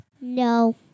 No